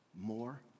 more